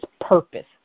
purpose